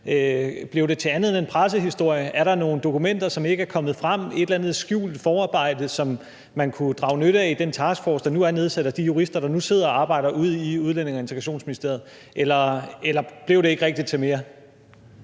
Blev det til andet end en pressehistorie? Er der nogen dokumenter, som ikke er kommet frem, et eller andet skjult forarbejde, som man kunne drage nytte af i den taskforce, der nu er nedsat, af de jurister, der nu sidder og arbejder ude i Udlændinge- og Integrationsministeriet? Eller blev det ikke rigtig til mere?